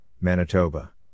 Manitoba